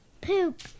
Poop